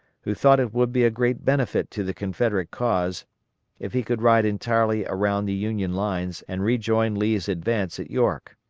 who thought it would be a great benefit to the confederate cause if he could ride entirely around the union lines and rejoin lee's advance at york.